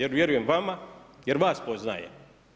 Jer vjerujem vama, jer vas poznajem.